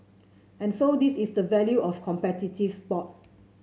and so this is the value of competitive sport